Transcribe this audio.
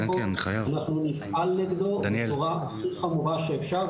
אנחנו נפעל נגדו בצורה הכי חמורה שאפשר,